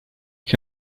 que